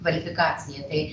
kvalifikaciją tai